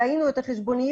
ראינו את החשבוניות,